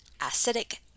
acidic